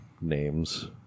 names